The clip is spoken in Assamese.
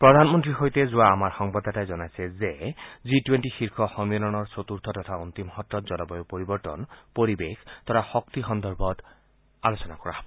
প্ৰধানমন্ত্ৰীৰ সৈতে যোৱা আমাৰ সংবাদদাতাই জনাইছে যে জি টুৱেণ্টি শীৰ্ষ সম্মিলনৰ চতুৰ্থ তথা অন্তিম সত্ৰত জলবায়ু পৰিৱৰ্তন পৰিৱেশ তথা শক্তি সন্দৰ্ভত আলোচনা কৰা হ'ব